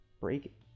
break